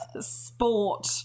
Sport